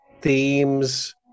themes